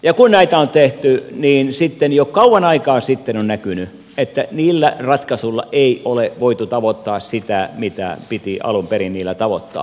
kun näitä on tehty niin sitten jo kauan aikaa sitten on näkynyt että niillä ratkaisuilla ei ole voitu tavoittaa sitä mitä piti alun perin niillä tavoittaa